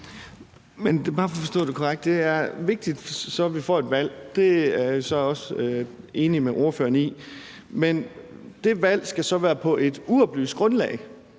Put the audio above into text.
Det er vigtigt, at vi får et valg – det er jeg så også enig med ordføreren i – men det valg skal så være på et uoplyst grundlag.